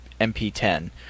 MP10